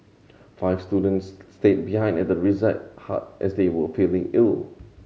five students stayed behind at the reside hut as they were feeling ill